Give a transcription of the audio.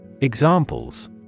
Examples